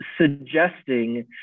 suggesting